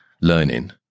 learning